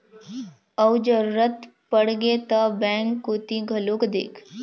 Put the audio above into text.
अउ जरुरत पड़गे ता बेंक कोती घलोक देख